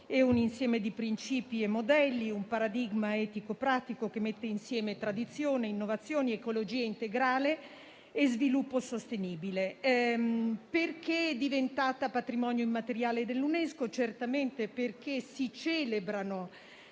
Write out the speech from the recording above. un insieme di principi e modelli, un paradigma etico-pratico che mette insieme tradizione, innovazioni, ecologia integrale e sviluppo sostenibile. È diventata patrimonio immateriale dell'UNESCO certamente perché si celebrano